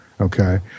okay